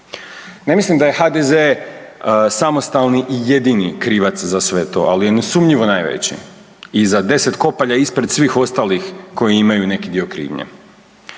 Ne mislim da je HDZ samostalni i jedini krivac za sve to, ali je nesumnjivo najveći i za deset kopalja ispred svih ostalih koji imaju neki dio krivnje.